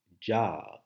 job